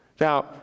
Now